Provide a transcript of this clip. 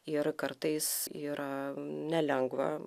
ir kartais yra nelengva